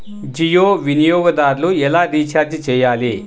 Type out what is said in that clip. జియో వినియోగదారులు ఎలా రీఛార్జ్ చేయాలి?